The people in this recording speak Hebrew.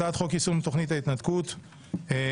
הצעת חוק יישום תוכנית ההתנתקות (תיקון